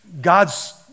God's